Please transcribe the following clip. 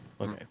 okay